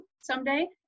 someday